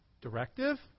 Directive